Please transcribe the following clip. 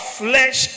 flesh